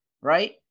right